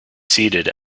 seated